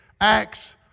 acts